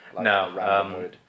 No